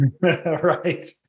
Right